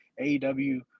AEW